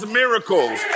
miracles